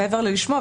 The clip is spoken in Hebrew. מעבר ללשמוע,